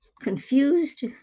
Confused